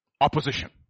opposition